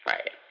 Right